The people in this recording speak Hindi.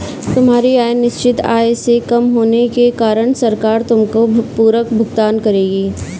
तुम्हारी आय निश्चित आय से कम होने के कारण सरकार तुमको पूरक भुगतान करेगी